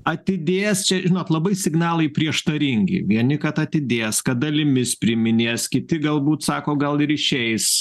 atidės čia žinot labai signalai prieštaringi vieni kad atidės kad dalimis priiminės kiti galbūt sako gal ir išeis